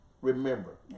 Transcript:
remember